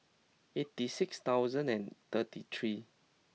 eighty six thousand and thirty three